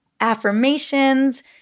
affirmations